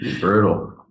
brutal